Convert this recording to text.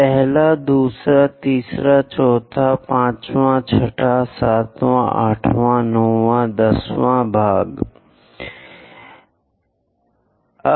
पहला दूसरा तीसरा चौथा 5 वां 6 वां 7 वां 8 वां 9 और 10